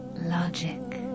logic